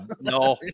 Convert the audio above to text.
no